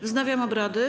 Wznawiam obrady.